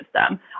system